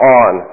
on